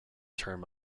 term